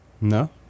no